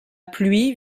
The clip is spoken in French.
pluie